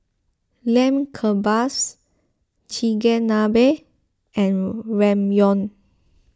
Lamb Kebabs Chigenabe and Ramyeon